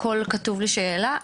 הכל כתוב לי שעלה,